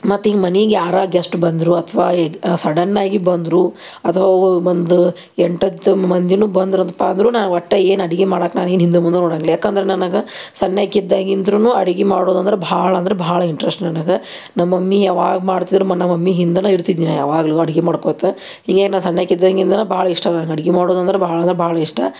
ಮತ್ತು ಹಿಂಗೆ ಮನಿಗೆ ಯಾರೂ ಗೆಸ್ಟ್ ಬಂದರು ಅಥವಾ ಇದು ಸಡನ್ನಾಗಿ ಬಂದರು ಅಥವಾ ಅವ್ರು ಬಂದು ಎಂಟು ಹತ್ತು ಮಂದಿನೂ ಬಂದರು ಅಂತ ಪಾ ಅಂದರೂ ನಾ ಒಟ್ಟು ಏನು ಅಡಗೆ ಮಾಡಕ್ಕ ನಾನೇನೂ ಹಿಂದೆ ಮುಂದೆ ನೋಡಾಂಗಿಲ್ಲ ಯಾಕಂದ್ರೆ ನನಗೆ ಸಣ್ಣಕಿದ್ದಾಗಿಂದೂನು ಅಡಿಗೆ ಮಾಡೋದಂದ್ರೆ ಭಾಳ ಅಂದ್ರೆ ಭಾಳ ಇಂಟ್ರಸ್ಟ್ ನನಗೆ ನಮ್ಮ ಮಮ್ಮಿ ಯಾವಾಗ ಮಾಡ್ತಿದ್ದರೂ ನಮ್ಮ ಮಮ್ಮಿ ಹಿಂದೆನೇ ಇರ್ತಿದ್ನಿ ನಾ ಯಾವಾಗಲೂ ಅಡ್ಗೆ ಮಾಡ್ಕೊತಾ ಹೀಗೇನ ಸಣ್ಣಾಕೆ ಇದ್ದಾಗಿಂದನೂ ಭಾಳ ಇಷ್ಟ ನನಗೆ ಅಡಿಗೆ ಮಾಡೋದಂದ್ರೆ ಭಾಳ ಅಂದ್ರೆ ಭಾಳ ಇಷ್ಟ